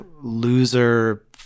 loser